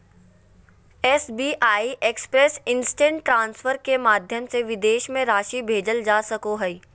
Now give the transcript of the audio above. SBI express instant transfer के माध्यम से विदेश में राशि भेजल जा सको हइ